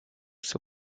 seu